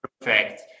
perfect